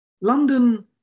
London